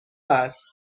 است